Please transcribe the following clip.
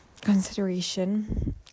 consideration